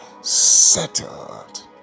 settled